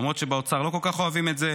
למרות שבאוצר לא כל כך אוהבים את זה,